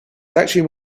actually